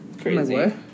Crazy